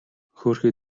хөөрхий